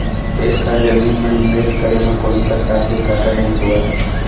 खेत खार जमीन म निवेस करे म कोनों परकार के घाटा नइ होवय